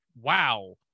wow